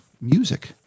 music